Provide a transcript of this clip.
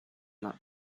that